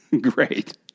great